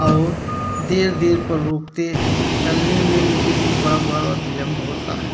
और देर देर पर रोकते हैं चलने में इनके लिए बड़ा बड़ा विलम्ब होता हैं